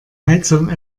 heizung